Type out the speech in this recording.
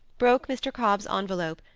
broke mr. cobb's envelope,